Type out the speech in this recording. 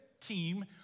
team